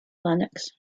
lennox